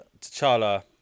T'Challa